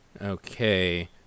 Okay